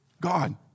God